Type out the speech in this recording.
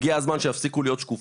הגיע הזמן שיפסיקו להיות שקופות,